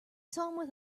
saw